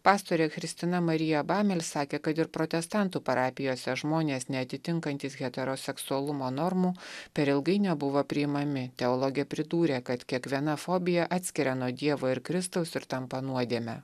pastorė kristina marija bamel sakė kad ir protestantų parapijose žmonės neatitinkantys heteroseksualumo normų per ilgai nebuvo priimami teologė pridūrė kad kiekviena fobija atskiria nuo dievo ir kristaus ir tampa nuodėme